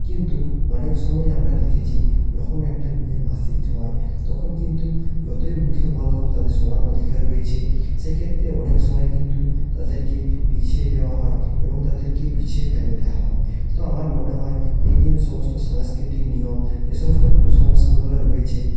কিন্তু অনেক সময় আমরা দেখেছি যখন একটা মেয়ের মাসিক হয় তখন কিন্তু যতই মুখে বলা হোক তাদের সমান অধিকার রয়েছে সেই ক্ষেত্রে অনেক সময় কিন্তু তাদেরকে পিছিয়ে দেওয়া হয় এবং তাদেরকে পিছিয়ে ফেলে দেওয়া হয় তো আমার মনে হয় এই যে সমস্ত সাংস্কৃতিক নিয়ম যে সমস্ত কুসংস্কারগুলো রয়েছে